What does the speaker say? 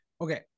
Okay